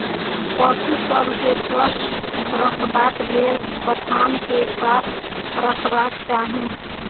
पशु सभ के स्वस्थ रखबाक लेल बथान के साफ रखबाक चाही